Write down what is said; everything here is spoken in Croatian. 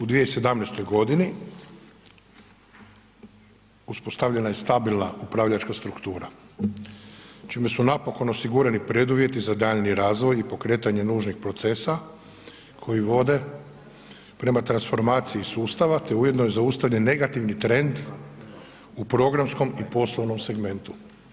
U 2017.g. uspostavljena je stabilna upravljačka struktura čime su napokon osigurani preduvjeti za daljnji razvoj i pokretanje nužnih procesa koji vode prema transformaciji sustava, te je ujedno i zaustavljen negativni trend u programskom i poslovnom segmentu.